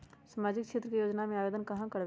सामाजिक क्षेत्र के योजना में आवेदन कहाँ करवे?